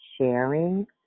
sharing